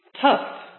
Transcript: tough